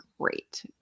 great